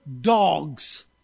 dogs